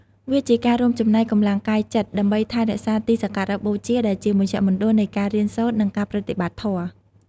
វាជាការរួមចំណែកកម្លាំងកាយចិត្តដើម្បីថែរក្សាទីសក្ការបូជា ដែលជាមជ្ឈមណ្ឌលនៃការរៀនសូត្រ និងការប្រតិបត្តិធម៌។